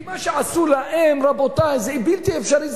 כי מה שעשו להם, רבותי, זה בלתי אפשרי.